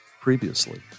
previously